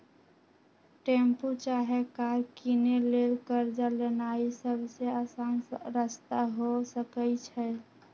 tempo चाहे car किनै लेल कर्जा लेनाइ सबसे अशान रस्ता हो सकइ छै